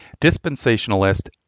Dispensationalist